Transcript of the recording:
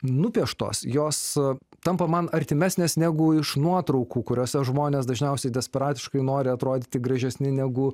nupieštos jos tampa man artimesnės negu iš nuotraukų kuriose žmonės dažniausiai desperatiškai nori atrodyti gražesni negu